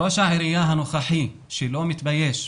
ראש העירייה הנוכחי שלא מתבייש,